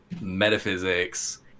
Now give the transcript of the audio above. metaphysics